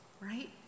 right